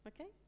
Okay